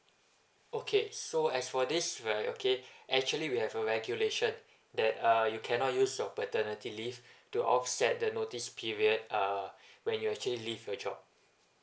okay so as for this right okay actually we have a regulation that uh you cannot use your paternity leave to offset the notice period uh when you actually leave your job